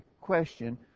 question